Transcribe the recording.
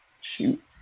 shoot